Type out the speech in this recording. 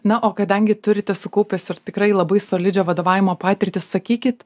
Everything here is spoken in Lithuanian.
na o kadangi turite sukaupęs ir tikrai labai solidžią vadovavimo patirtį sakykit